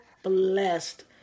Blessed